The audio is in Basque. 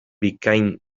bikain